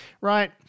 right